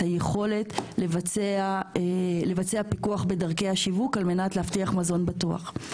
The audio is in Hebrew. היכולת לבצע פיקוח בדרכי השיווק על מנת להבטיח מזון בטוח.